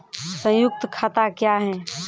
संयुक्त खाता क्या हैं?